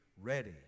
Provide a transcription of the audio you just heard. ready